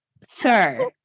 sir